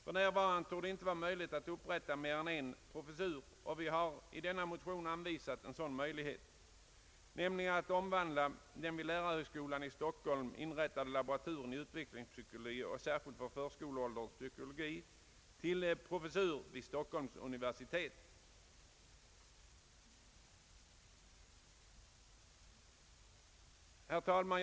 För närvarande torde det inte vara möjligt att upprätta mer än en professur. I våra motioner har en möjlighet anvisats, nämligen att omvandla den vid lärarhögskolan i Stockholm inrättade laboraturen i utvecklingspsykologi, särskilt förskoleålderns psykologi och pedagogik, till professur i samma ämne vid Stockholms universitet. Herr talman!